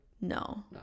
no